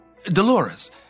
Dolores